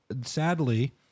sadly